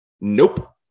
Nope